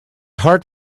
heart